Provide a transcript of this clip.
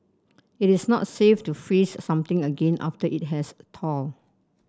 it is not safe to freeze something again after it has thawed